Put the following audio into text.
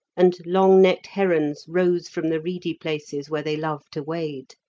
and long-necked herons rose from the reedy places where they love to wade.